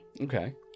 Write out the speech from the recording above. Okay